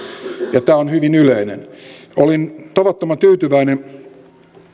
ja tämä on hyvin yleinen olin tavattoman tyytyväinen